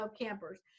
campers